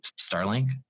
Starlink